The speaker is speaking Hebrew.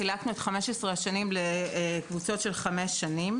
חילקנו את 15 השנים לקבוצות של חמש שנים